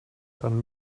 dann